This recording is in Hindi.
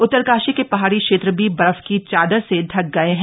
उत्तरकाशी के पहाड़ी क्षेत्र भी बर्फ की चादर से ढक गए हैं